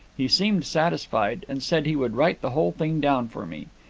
he seemed satisfied, and said he would write the whole thing down for me.